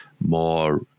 more